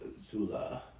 Zula